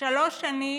שלוש שנים,